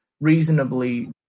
reasonably